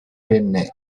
venne